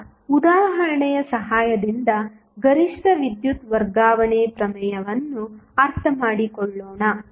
ಈಗ ಉದಾಹರಣೆಯ ಸಹಾಯದಿಂದ ಗರಿಷ್ಠ ವಿದ್ಯುತ್ ವರ್ಗಾವಣೆ ಪ್ರಮೇಯವನ್ನು ಅರ್ಥಮಾಡಿಕೊಳ್ಳೋಣ